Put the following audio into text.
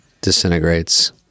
disintegrates